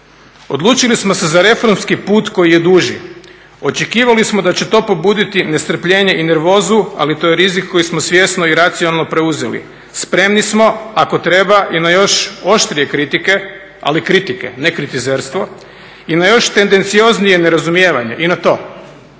Odlučili smo se za reformski put koji je duži. Očekivali smo da će to pobuditi nestrpljenje i nervozu, ali to je rizik koji smo svjesno i racionalno preuzeli. Spremni smo ako treba i na još oštrije kritike, ali kritike, ne kritizerstvo i na još tendencioznije nerazumijevanje i na to.